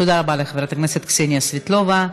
תודה רבה לחברת הכנסת קסניה סבטלובה.